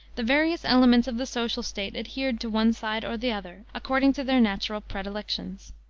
the various elements of the social state adhered to one side or the other, according to their natural predilections.